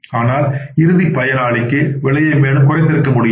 ஆனால் இறுதி பயனாளிக்கு விலையை மேலும் குறைத்திருக்க முடியும்